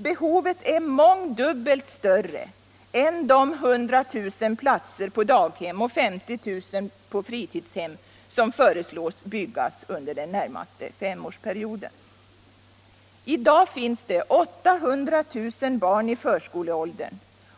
Behovet är mångdubbelt större än de 100 000 platser på daghem och 50 000 platser på fritidshem som föreslås byggas under den närmaste femårsperioden. I dag finns det 800 000 barn i förskoleåldern,